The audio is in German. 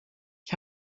ich